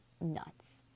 nuts